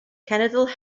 cenedl